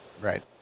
Right